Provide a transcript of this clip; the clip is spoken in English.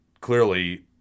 clearly –